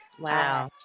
Wow